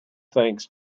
thanks